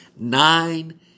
Nine